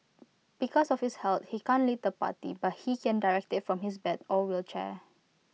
because of his health he can't lead the party but he can direct IT from his bed or wheelchair